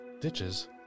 ditches